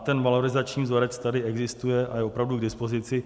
Ten valorizační vzorec tady existuje a je opravdu k dispozici.